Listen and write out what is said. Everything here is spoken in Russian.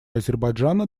азербайджана